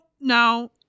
no